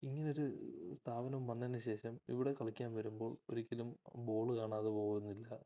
ഇങ്ങനെയൊരു സ്ഥാപനം വന്നതിനുശേഷം ഇവിടെ കളിക്കാൻ വരുമ്പോൾ ഒരിക്കലും ബോള് കാണാതെ പോവുന്നില്ല